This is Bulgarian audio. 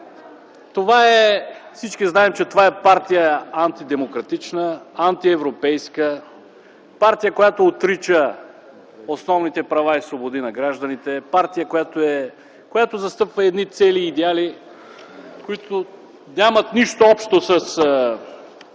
взето всички знаем, че това е партия антидемократична, антиевропейска; партия, която отрича основните права и свободи на гражданите; партия, която застъпва едни цели и идеали, които нямат нищо общо с